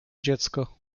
dziecko